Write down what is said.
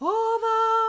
over